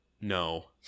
no